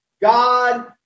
God